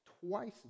twice